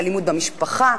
אלימות במשפחה,